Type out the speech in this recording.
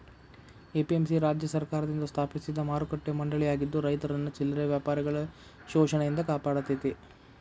APMC ರಾಜ್ಯ ಸರ್ಕಾರದಿಂದ ಸ್ಥಾಪಿಸಿದ ಮಾರುಕಟ್ಟೆ ಮಂಡಳಿಯಾಗಿದ್ದು ರೈತರನ್ನ ಚಿಲ್ಲರೆ ವ್ಯಾಪಾರಿಗಳ ಶೋಷಣೆಯಿಂದ ಕಾಪಾಡತೇತಿ